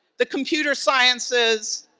the computer sciences,